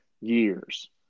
years